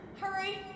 Hurry